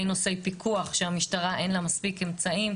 נושאי פיקוח שלמשטרה אין מספיק אמצעים,